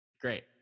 Great